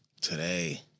Today